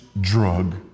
drug